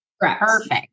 Perfect